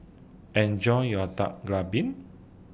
Enjoy your Dak Galbi